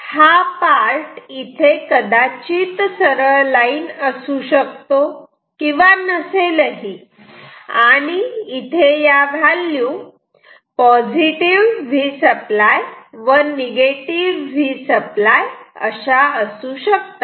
हा पार्ट कदाचित सरळ लाईन असू शकतो किंवा नसेलही आणि इथे या व्हॅल्यू Vsupply व Vsupply अशा असू शकतात